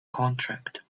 contract